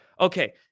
okay